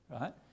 Right